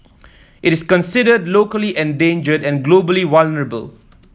it is considered locally endangered and globally vulnerable